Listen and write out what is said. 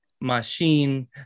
machine